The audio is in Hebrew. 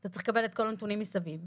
אתה צריך לקבל את הנתונים מסביב.